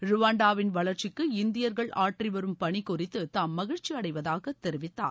ருவாண்டாவின் வளர்ச்சிக்கு இந்தியர்கள் ஆற்றி வரும் பணி குறித்து தாம் மகிழ்ச்சியடைவதாக தெரிவித்தார்